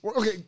Okay